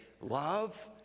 love